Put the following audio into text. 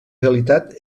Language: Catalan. realitat